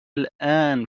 الآن